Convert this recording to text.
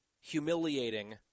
humiliating